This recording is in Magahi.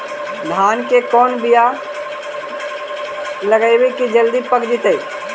धान के कोन बियाह लगइबै की जल्दी पक जितै?